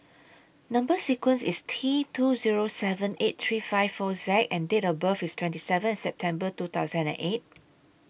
Number sequence IS T two Zero seven eight three five four Z and Date of birth IS twenty seven September two thousand and eight